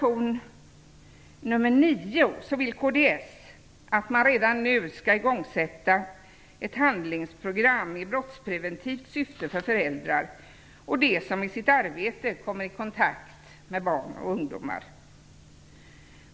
om att man redan nu vill igångsätta ett handlingsprogram i brottspreventivt syfte för föräldrar och de som i sitt arbete kommer i kontakt med barn och ungdomar.